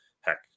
heck